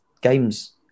games